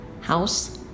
house